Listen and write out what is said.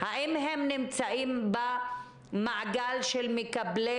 והאם הם נמצאים במעגל מקבלי